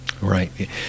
Right